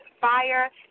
Fire